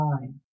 time